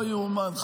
לא יאומן,